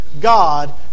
God